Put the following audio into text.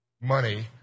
money